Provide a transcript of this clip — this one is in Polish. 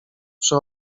przy